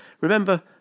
Remember